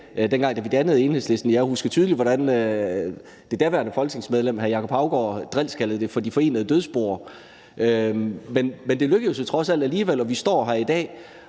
dengang vi dannede Enhedslisten, og jeg husker tydeligt, hvordan det daværende folketingsmedlem hr. Jacob Haugaard drilsk kaldte det for de forenede dødsboer. Men det lykkedes jo trods alt alligevel, og vi står her i dag.